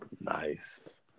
Nice